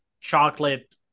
chocolate